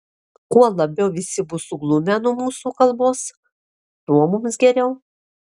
kuo labiau visi bus suglumę nuo mūsų kalbos tuo mums geriau